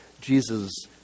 Jesus